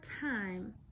time